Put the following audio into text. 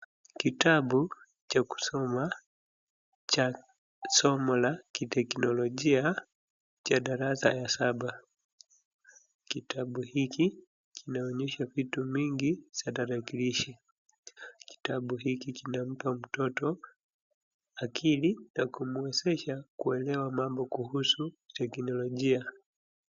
Kitabu cha kusoma cha somo la kiteknolojia cha darasa ya saba. kitabu hiki kinaonyesha viti mingi za tarakilishi. Kitabu hiki kinampa mtoto akili na kumwezesha kuelewa mambo kuhusu teknolojia.